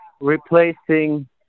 replacing